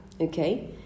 okay